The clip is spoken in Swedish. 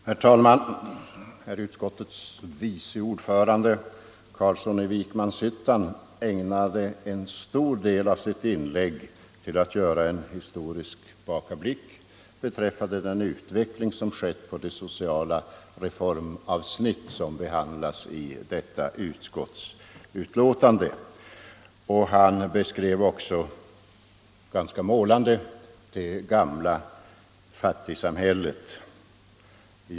Herr talman! Utskottets vice ordförande herr Carlsson i Vikmanshyttan ägnade en stor del av sitt inlägg till att göra en historisk tillbakablick på den utveckling som ägt rum på det sociala reformavsnitt som behandlas i utskottsbetänkandet. Han beskrev också ganska målande det gamla fattigsamhället.